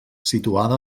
situada